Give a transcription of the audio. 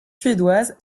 suédoise